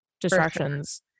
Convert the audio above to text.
distractions